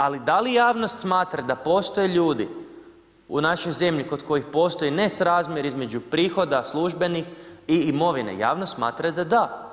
Ali da li javnost smatra da postoje ljudi, u našoj zemlji, kod kojih postoji nesrazmjer između prihoda, službenih i imovine, javnost smatra da da.